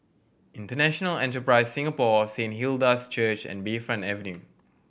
International Enterprise Singapore Saint Hilda's Church and Bayfront Avenue